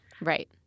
Right